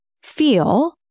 feel